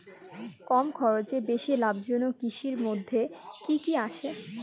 কম খরচে বেশি লাভজনক কৃষির মইধ্যে কি কি আসে?